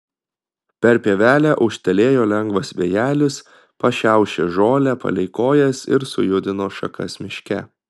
per pievelę ūžtelėjo lengvas vėjelis pašiaušė žolę palei kojas ir sujudino šakas miške